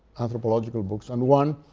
anthropological books, and one,